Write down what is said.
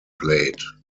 plate